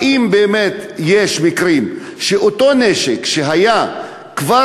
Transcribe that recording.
האם באמת יש מקרים שאותו נשק היה כבר